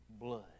blood